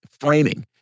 framing